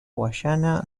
guyana